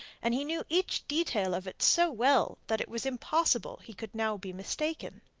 and he knew each detail of it so well that it was impossible he could now be mistaken.